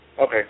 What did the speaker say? Okay